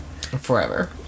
Forever